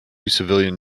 civilian